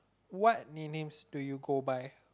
what nicknames do you go by